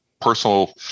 personal